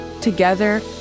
Together